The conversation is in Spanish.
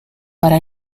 para